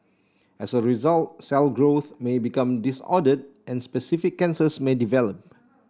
as a result cell growth may become disordered and specific cancers may develop